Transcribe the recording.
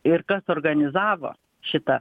ir kas organizavo šitą